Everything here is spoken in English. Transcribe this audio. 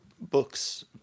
books